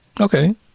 Okay